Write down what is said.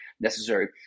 necessary